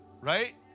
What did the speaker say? Right